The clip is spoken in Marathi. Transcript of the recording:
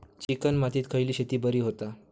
चिकण मातीत खयली शेती बरी होता?